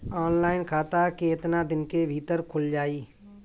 Online खाता केतना दिन के भीतर ख़ुल जाई?